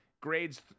grades